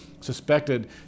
suspected